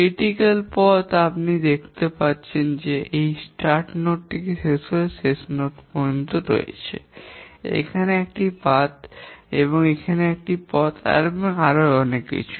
সমালোচনামূলক পথ আপনি দেখতে পাচ্ছেন যে এখানে স্টার্ট নোড থেকে শেষ নোড পর্যন্ত অনেকগুলি পাথ রয়েছে এখানে একটি পাথ এখানে একটি পথ এবং আরও অনেক কিছু